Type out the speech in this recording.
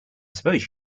suppose